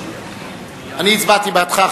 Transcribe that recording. אני הצבעתי בעדך,